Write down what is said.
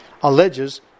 alleges